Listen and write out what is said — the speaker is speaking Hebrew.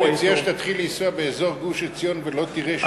אני מציע שתתחיל לנסוע באזור גוש-עציון ולא תראה שום בנייה.